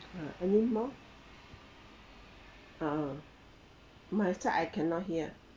uh anymore um my side I cannot hear